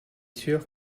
sûr